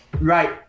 Right